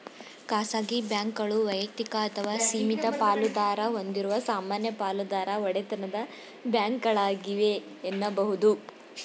ಖಾಸಗಿ ಬ್ಯಾಂಕ್ಗಳು ವೈಯಕ್ತಿಕ ಅಥವಾ ಸೀಮಿತ ಪಾಲುದಾರ ಹೊಂದಿರುವ ಸಾಮಾನ್ಯ ಪಾಲುದಾರ ಒಡೆತನದ ಬ್ಯಾಂಕ್ಗಳಾಗಿವೆ ಎನ್ನುಬಹುದು